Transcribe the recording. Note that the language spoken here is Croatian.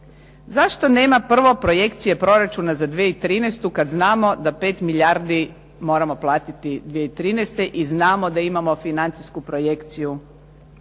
zašto nema prvo projekcije proračuna za 2013. kada znamo da 15 milijardi moramo platiti 2013. i znamo da imamo financijsku projekciju